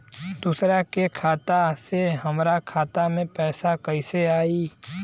दूसरा के खाता से हमरा खाता में पैसा कैसे आई?